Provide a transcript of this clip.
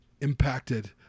impacted